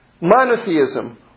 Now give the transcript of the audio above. monotheism